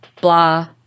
blah